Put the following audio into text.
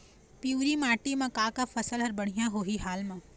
पिवरी माटी म का का फसल हर बढ़िया होही हाल मा?